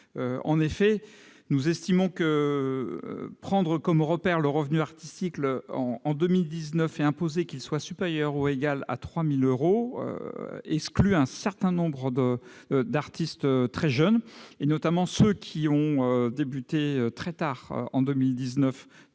En effet, nous estimons que le fait de prendre comme repère le revenu artistique de 2019 et imposer qu'il soit supérieur ou égal à 3 000 euros exclut un certain nombre de très jeunes artistes, notamment ceux qui ont débuté leur carrière